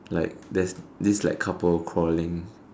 like there's this like couple quarrelling